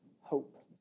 hope